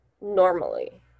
normally